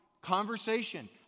Conversation